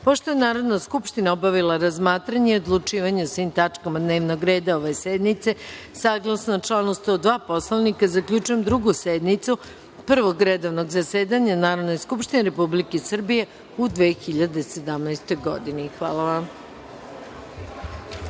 je Narodna skupština obavila razmatranje i odlučivanje o svim tačkama dnevnog reda ove sednice, saglasno članu 102. Poslovnika, zaključujem Drugu sednicu Prvog redovnog zasedanja Narodne skupštine Republike Srbije u 2017. godini. Hvala vam.